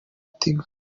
tigo